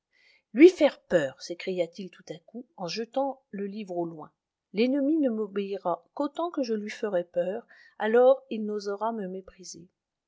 lui faire peur s'écria-t-il tout à coup en jetant le livre au loin l'ennemi ne m'obéira qu'autant que je lui ferai peur alors il n'osera me mépriser